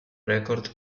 record